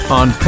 on